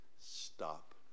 stop